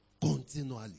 Continually